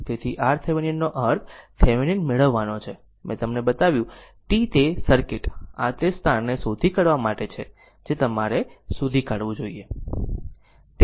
તેથી RThevenin નો અર્થ થેવેનિન મેળવવાનો છે મેં તમને બતાવ્યું તે સર્કિટ આ તે સ્થાનને શોધી કાઢવા માટે છે જે તમારે શોધી કાઢવું જોઈએ